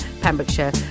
Pembrokeshire